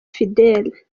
fidele